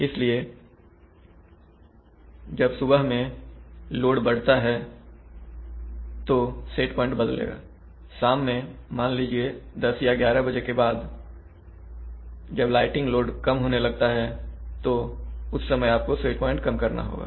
इसलिए जब सुबह में लोड बढ़ता है तो सेट प्वाइंट बदलेगा शाम में मान लीजिए 1000 या 1100 बजे के बाद जब लाइटिंग लोड कम होने लगता है उस समय आपको सेट प्वाइंट कम करना होगा